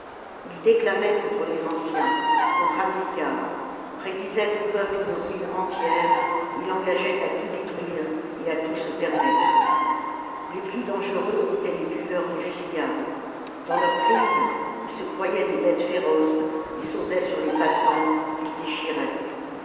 ils déclamaient contre les anciens contre hamilcar prédisaient au peuple une ruine entière et l'engageaient à tout détruire et à tout se permettre les plus dangereux étaient les buveurs de jusquiame dans leurs crises ils se croyaient des bêtes féroces et sautaient sur les passants qu'ils déchiraient